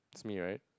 it's me right